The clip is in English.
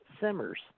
simmers